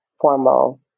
formal